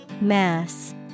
Mass